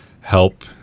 help